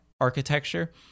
architecture